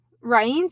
right